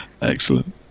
Excellent